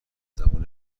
زبون